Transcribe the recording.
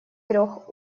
трех